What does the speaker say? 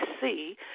see